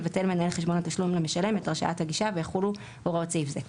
יבטל מנהל חשבון התשלום למשלם את הרשאת הגישה ויחולו הוראות סעיף זה.